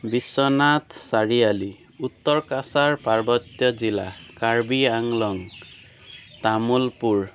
বিশ্বনাথ চাৰিআলি উত্তৰ কাছাৰ পাৰ্বত্য জিলা কাৰ্বি আংলং তামুলপুৰ